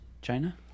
China